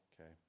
Okay